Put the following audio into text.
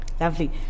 lovely